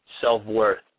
self-worth